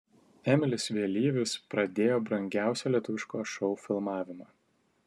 emilis vėlyvis pradėjo brangiausio lietuviško šou filmavimą